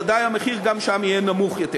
ודאי המחיר גם שם יהיה נמוך יותר.